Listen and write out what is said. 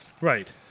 Right